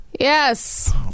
Yes